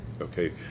okay